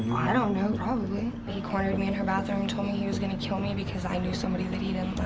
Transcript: i don't know, probably. he cornered me and her bathroom and told me he was going to kill me because i knew somebody that he didn't